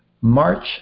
March